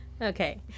Okay